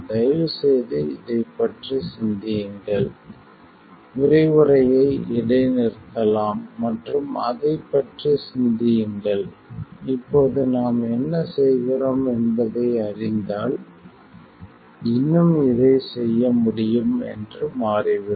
தயவு செய்து இதைப் பற்றி சிந்தியுங்கள் விரிவுரையை இடைநிறுத்தலாம் மற்றும் அதைப் பற்றி சிந்தியுங்கள் இப்போது நாம் என்ன செய்கிறோம் என்பதை அறிந்தால் இன்னும் இதைச் செய்ய முடியும் என்று மாறிவிடும்